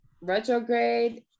retrograde